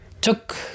took